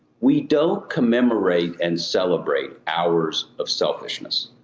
we don't commemorate and celebrate hours of selfishness.